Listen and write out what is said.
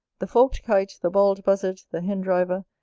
the forked kite, the bald buzzard, the hen-driver,